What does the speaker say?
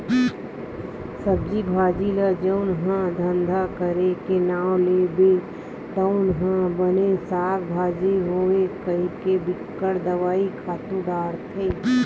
सब्जी भाजी ल जउन ह धंधा करे के नांव ले बोथे तउन ह बने साग भाजी होवय कहिके बिकट दवई, खातू डारथे